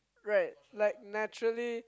right like naturally